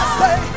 say